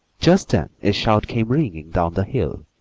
just then a shout came ringing down the hill,